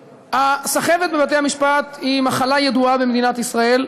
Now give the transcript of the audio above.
הסחבת בבתי-המשפט היא מחלה ידועה במדינת ישראל,